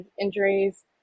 injuries